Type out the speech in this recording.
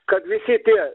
kad visi tie